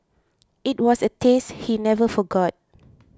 it was a taste he never forgot